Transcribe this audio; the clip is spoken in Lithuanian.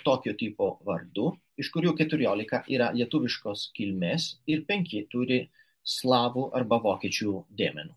tokio tipo vardų iš kurių keturiolika yra lietuviškos kilmės ir penki turi slavų arba vokiečių dėmenų